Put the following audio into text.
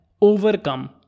overcome